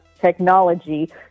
technology